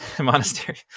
Monastery